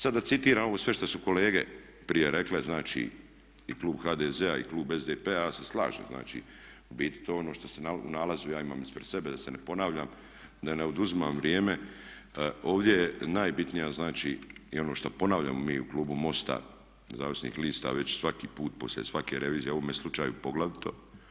Sada da citiram ovo sve što su kolege prije rekle, znači i klub HDZ-a i klub SDP-a, ja se slažem, znači, u biti to je ono što se u nalazu, ja imam ispred sebe da se ne ponavljam, da ne oduzimam vrijeme, ovdje je najbitnija znači, i ono šta ponavljamo mi u klubu MOST-a nezavisnih lista već svaki put poslije svake revizije, u ovome slučaju poglavito.